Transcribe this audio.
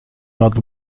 nad